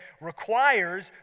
requires